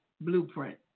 Blueprint